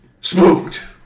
Spooked